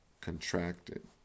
contracted